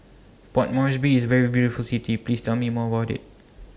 Port Moresby IS very beautiful City Please Tell Me More about IT